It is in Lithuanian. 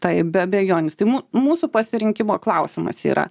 taip be abejonės tai mū mūsų pasirinkimo klausimas yra